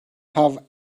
have